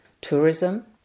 tourism